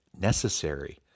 necessary